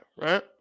right